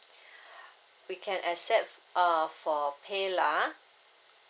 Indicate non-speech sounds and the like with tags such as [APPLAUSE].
[BREATH] we can accept uh for PayLah